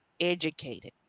educated